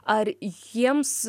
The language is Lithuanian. ar jiems